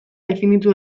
definitu